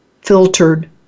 filtered